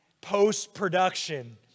Post-production